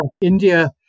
India